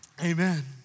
Amen